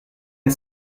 pas